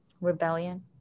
Rebellion